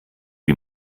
wie